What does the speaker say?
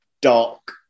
dark